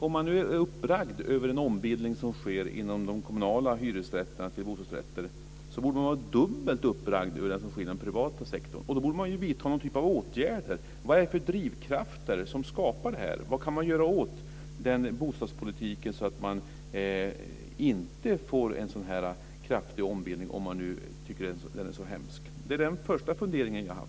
Om man nu är uppbragd över den ombildning som sker av kommunala hyresrätter till bostadsrätter borde man vara dubbelt så uppbragd över det som sker inom den privata sektorn. Således borde man vidta någon typ av åtgärder. Vad är det för drivkrafter som skapar detta? Vad kan man göra åt bostadspolitiken så att det inte blir en så här kraftig ombildning, om den nu anses så hemsk? Det är vad min första fundering gäller.